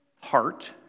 heart